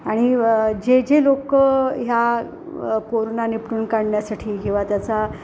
आणि जे जे लोकं ह्या कोरोना निपटून काढण्यासाठी किंवा त्याचा